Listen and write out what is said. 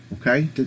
okay